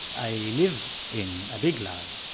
i live in a big lie,